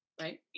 right